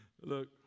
Look